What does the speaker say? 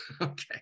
okay